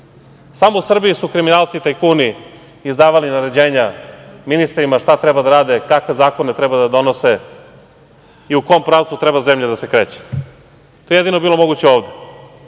su u Srbiji kriminalci tajkuni izdavali naređenja ministrima šta treba da rade, takve zakone treba da donose i u kom pravcu treba zemlja da se kreće. To je jedino bilo moguće ovde.